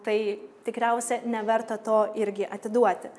tai tikriausia neverta to irgi atiduoti